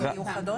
מחוקקות.